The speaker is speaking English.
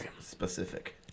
Specific